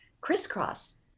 crisscross